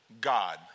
God